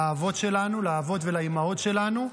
לאבות ולאימהות שלנו,